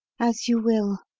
as you will.